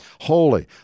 holy